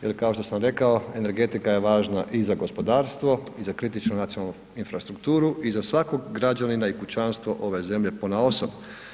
Jer kao što sam rekao energetika je važna i za gospodarstvo i za kritičnu nacionalnu infrastrukturu i za svakog građanina i kućanstvo ove zemlje ponaosob.